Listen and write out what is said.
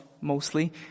mostly